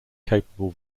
capable